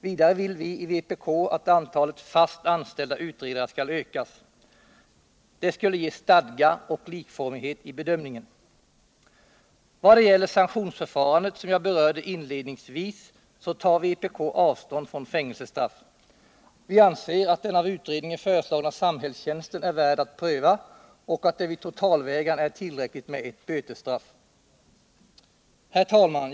Vidare vill vi i vpk att antalet fast anställda utredare skall ökas. Det skulle ge stadga och likformighet i bedömningen. Vad gäller sanktionsförfarandet, som jag berörde inledningsvis, tar vpk avstånd från fängelsestraff. Vi anser att den av utredningen föreslagna samhällstjänsten är värd att pröva och att det vid totalvägran är tillräckligt med ett bötesstraff. Herr talman!